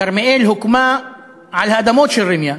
כרמיאל הוקמה על האדמות של ראמיה,